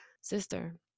sister